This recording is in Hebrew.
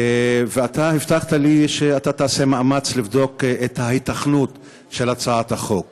ואתה הבטחת לי שאתה תעשה מאמץ לבדוק את ההיתכנות של הצעת החוק.